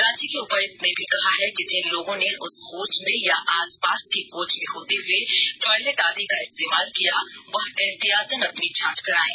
रांची के उपायुक्त ने भी कहा है कि जिन लोगों ने उस कोच में या आसपास के कोच में होते हुए टॉयलेट आदि का इस्तेमाल किया वह एहतियातन अपनी जांच कराएं